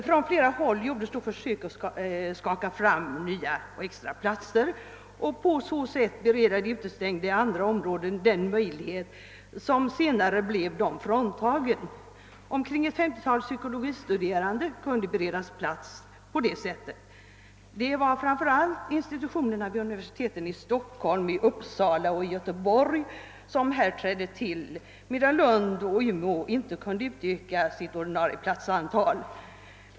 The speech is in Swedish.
Från flera håll gjordes försök att skaffa fram nya platser för att på så sätt ge de i andra omgången utestängda den möjlighet som blev dem fråntagen. Ett femtiotal psykologistuderande kunde beredas plats på detta sätt. Härigenom lyckades man alltså i viss mån kompensera de sökande. Det var framför allt institutionerna vid univer siteten i Stockholm, Uppsala och Göteborg som trädde till, medan Lund och Umeå inte kunde utöka sitt ordinarie platsantal.